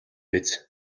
биз